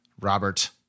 Robert